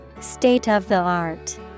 State-of-the-art